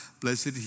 blessed